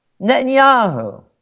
Netanyahu